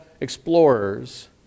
explorers